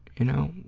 you know?